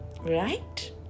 Right